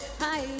hi